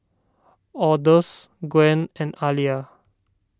Odus Gwen and Aliya